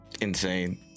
Insane